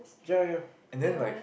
ya ya and then like